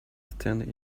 stand